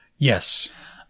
Yes